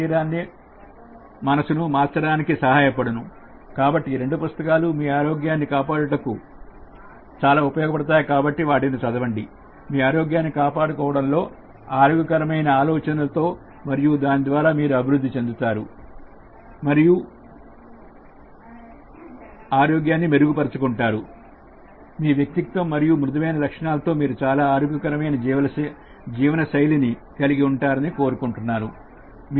కాబట్టి ఈ రెండు పుస్తకాలు మీ ఆరోగ్యాన్ని కాపాడుకునే విషయంలో ఉపయోగ పడతాయి కాబట్టి వాటిని చదవండి మీ ఆరోగ్యాన్ని కాపాడుకోవడంలో ఆరోగ్యకరమైన ఆలోచనలతో మరియు దాని ద్వారా మీరు అభివృద్ధి చెందుతారు మరియు youre మెరుగు పరుచు కుంటారు మీ వ్యక్తిత్వం మరియు మృదువైన లక్షణాలతో మీరు చాలా ఆరోగ్యకరమైన జీవనశైలిని కలిగి ఉండాలని కోరుకుంటున్నాను